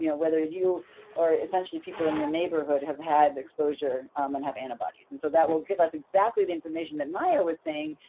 you know whether you or essentially people in your neighborhood have had exposure um and have antibodies, and so that will give us exactly the information that maya was saying,